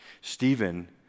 Stephen